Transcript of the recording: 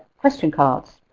question cards.